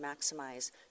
maximize